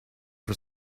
for